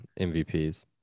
mvps